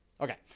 Okay